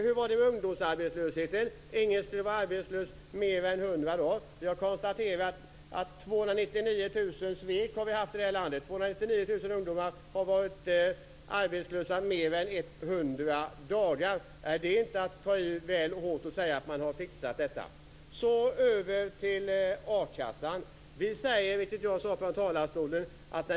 Hur var det med ungdomsarbetslösheten? Ingen skulle vara arbetslös mer än 100 dagar. Vi har konstaterat att vi har haft 299 000 svek i detta land. 299 000 ungdomar har varit arbetslösa mer än 100 dagar. Är det inte att ta i väl mycket att säga att man har fixat ungdomsarbetslösheten? Så går jag över till a-kassan.